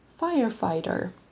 firefighter